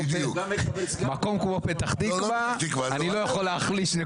מקום כמו פתח תקווה אני לא יכול להחליש.